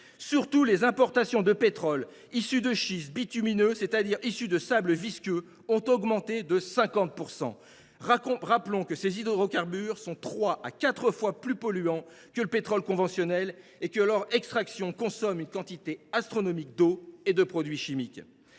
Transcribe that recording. Surtout, les importations de pétrole issu de schistes bitumineux, c’est à dire issu de sable visqueux, ont augmenté de 50 %. Rappelons que ces hydrocarbures sont trois à quatre fois plus polluants que le pétrole conventionnel, et que leur extraction consomme une quantité astronomique d’eau et de produits chimiques